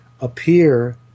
appear